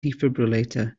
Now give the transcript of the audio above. defibrillator